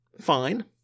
fine